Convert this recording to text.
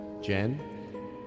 Jen